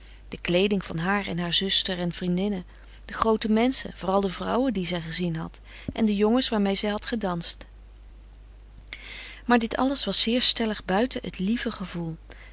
de kleeding van haar en haar zuster en vriendinnen de groote menschen vooral de vrouwen die zij gezien had en de jongens waarmee zij had gedanst maar dit alles was zeer stellig buiten het lieve gevoel